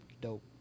dope